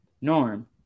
Norm